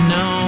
no